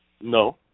No